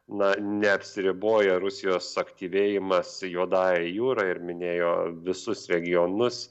na neapsiriboja rusijos suaktyvėjimas juodąja jūra ir minėjo visus regionus